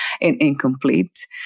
incomplete